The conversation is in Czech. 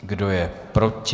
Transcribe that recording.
Kdo je proti?